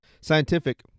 scientific